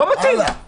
לא מתאים?